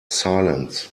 silence